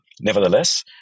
nevertheless